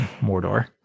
Mordor